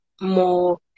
more